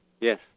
Yes